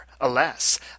Alas